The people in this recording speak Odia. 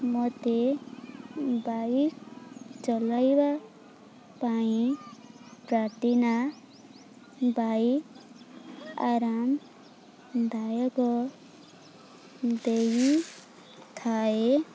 ମୋତେ ବାଇକ୍ ଚଲାଇବା ପାଇଁ ପ୍ରାଟିନା ବାଇକ୍ ଆରାମଦାୟକ ଦେଇଥାଏ